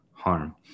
Harm